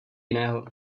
jiného